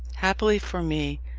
happily for me,